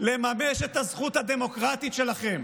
לממש את הזכות הדמוקרטית שלכם